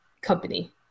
company